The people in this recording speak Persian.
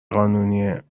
قانونیه